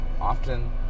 often